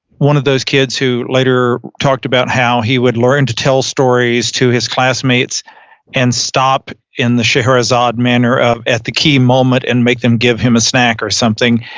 one of those kids who later talked about how he would learn to tell stories to his classmates and stop in the shiraz odd manner of at the key moment and make them give him a snack or something,